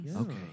Okay